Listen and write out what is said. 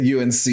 UNC